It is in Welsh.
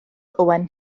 owen